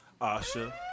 Asha